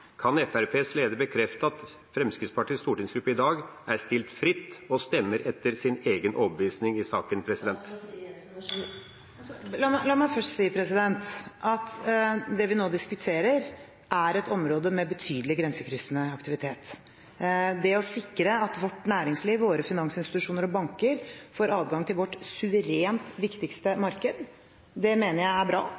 Kan Fremskrittspartiets leder bekrefte at Fremskrittspartiets stortingsgruppe i dag er stilt fritt og stemmer etter sin egen overbevisning i saken? La meg først si at det vi nå diskuterer, er et område med betydelig grensekryssende aktivitet. Det å sikre at vårt næringsliv, våre finansinstitusjoner og banker får adgang til vårt suverent viktigste